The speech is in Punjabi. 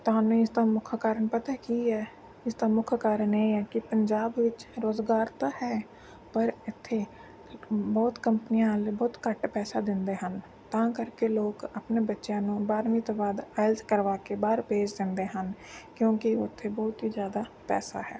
ਤੁਹਾਨੂੰ ਇਸ ਦਾ ਮੁੱਖ ਕਾਰਨ ਪਤਾ ਕੀ ਹੈ ਇਸਦਾ ਮੁੱਖ ਕਾਰਨ ਇਹ ਹੈ ਕਿ ਪੰਜਾਬ ਵਿੱਚ ਰੁਜ਼ਗਾਰ ਤਾਂ ਹੈ ਪਰ ਇੱਥੇ ਘੱਟ ਬਹੁਤ ਕੰਪਨੀਆਂ ਵਾਲੇ ਬਹੁਤ ਘੱਟ ਪੈਸਾ ਦਿੰਦੇ ਹਨ ਤਾਂ ਕਰਕੇ ਲੋਕ ਆਪਣੇ ਬੱਚਿਆਂ ਨੂੰ ਬਾਰਵੀਂ ਤੋਂ ਬਾਅਦ ਆਇਲਸ ਕਰਵਾ ਕੇ ਬਾਹਰ ਭੇਜ ਦਿੰਦੇ ਹਨ ਕਿਉਂਕਿ ਉੱਥੇ ਬਹੁਤ ਹੀ ਜ਼ਿਆਦਾ ਪੈਸਾ ਹੈ